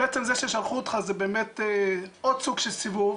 עצם זה ששלחו אותך, זה עוד סוג של סיבוב